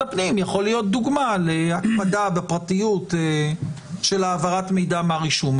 הפנים יכול להיות דוגמה על הקפדה בפרטיות של העברת מידע מהרישום.